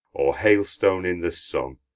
or hailstone in the sun.